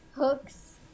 hooks